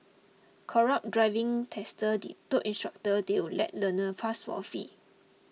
corrupt driving testers told instructors they would let learners pass for a fee